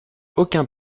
aucun